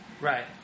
Right